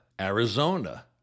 Arizona